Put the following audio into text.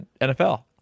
NFL